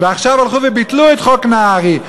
ועכשיו הלכו וביטלו את חוק נהרי,